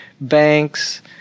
banks